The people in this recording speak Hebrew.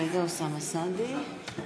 סעדי,